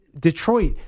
Detroit